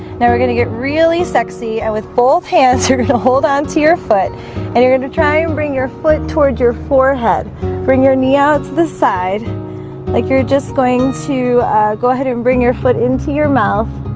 now we're gonna get really sexy and with both hands you're gonna hold on to your foot and you're going to try and bring your foot towards your forehead bring your knee out to the side like you're just going to go ahead and bring your foot into your mouth,